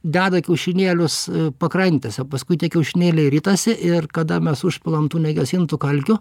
deda kiaušinėlius pakrantėse paskui tie kiaušinėliai ritasi ir kada mes užpilam tų negesintų kalkių